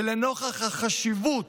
ולנוכח החשיבות